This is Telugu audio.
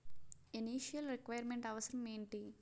ఇనిటియల్ రిక్వైర్ మెంట్ అవసరం ఎంటి?